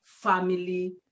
family